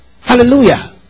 Hallelujah